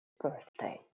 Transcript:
birthday